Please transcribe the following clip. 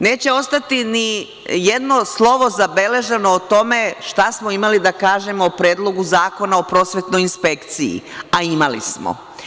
Neće ostati nijedno slovo zabeleženo o tome šta smo imali da kažemo o Predlogu zakona o prosvetnoj inspekciji, a imali smo.